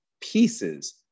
Pieces